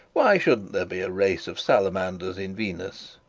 why shouldn't there be a race of salamanders in venus?